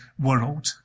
world